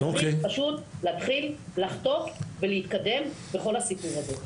צריך להתחיל לחתוך ולהתקדם בכל הסיפור הזה.